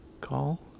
call